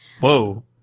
Whoa